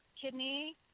kidney